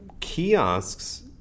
Kiosks